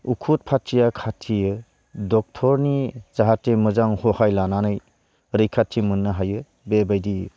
उखुद फाथिया खाथियो ड'क्टरनि जाहाथे मोजां हहाय लानानै रैखाथि मोननो हायो बेबायदि